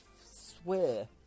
swear